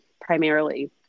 primarily